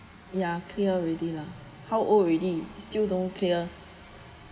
ya clear already lah how old already still don't clear